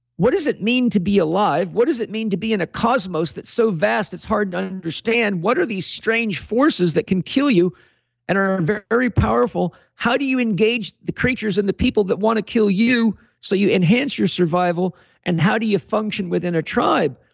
what does it mean to be alive? what does it mean to be in a cosmos that's so vast, it's hard to understand what are these strange forces that can kill you and are very very powerful. how do you engage the creatures and the people that want to kill you so you enhance your survival and how do you function within a tribe?